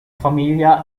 famiglia